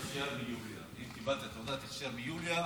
אם קיבלת תעודת הכשר מיוליה,